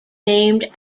named